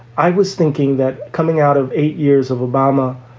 i was thinking that coming out of eight years of obama,